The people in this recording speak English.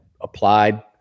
applied